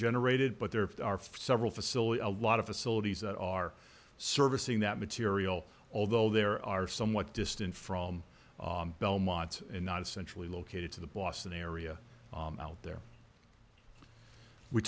generated but there are several facility a lot of facilities that are servicing that material although there are somewhat distant from belmont not centrally located to the boston area out there we